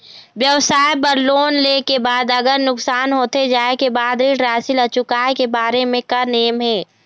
व्यवसाय बर लोन ले के बाद अगर नुकसान होथे जाय के बाद ऋण राशि ला चुकाए के बारे म का नेम हे?